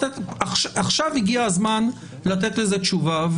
עכשיו הגיע הזמן לתת על זה תשובה,